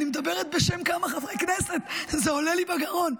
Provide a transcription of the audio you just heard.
אני מדברת בשם כמה חברי הכנסת וזה עולה לי בגרון.